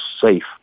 safe